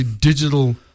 digital